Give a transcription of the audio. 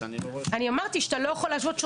אני אמרתי שאתה לא יכול להשוות בין